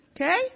Okay